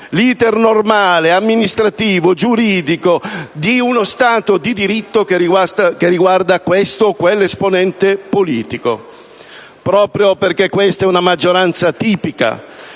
l'*iter* normale, amministrativo e giuridico di uno Stato di diritto che riguarda questo o quell'esponente politico. Proprio perché questa è una maggioranza atipica,